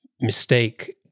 mistake